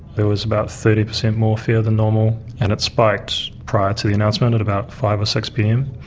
there was about thirty percent more fear than normal and it spiked prior to the announcement at about five or six pm.